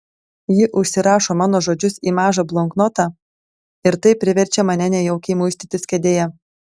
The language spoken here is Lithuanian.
ji užsirašo mano žodžius į mažą bloknotą ir tai priverčia mane nejaukiai muistytis kėdėje